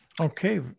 Okay